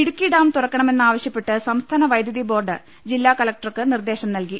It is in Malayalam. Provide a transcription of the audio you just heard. ഇടുക്കി ഡാം തുറക്കണ മെന്നാവശ്യ പ്പെട്ട് സംസ്ഥാന വൈദ്യൂതി ബോർഡ് ജില്ലാ കലക്ടർക്ക് നിർദ്ദേശം നൽകി